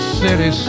city